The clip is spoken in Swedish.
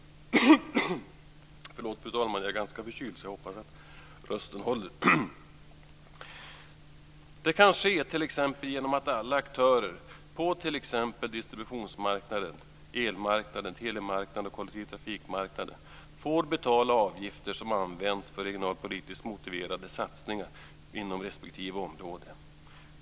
Det kan ske genom att alla aktörer på t.ex. distributionsmarknaden, elmarknaden, telemarknaden och kollektivtrafikmarknaden får betala avgifter som används på regionalpolitiskt motiverade satsningar inom respektive område.